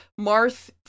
Marth